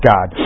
God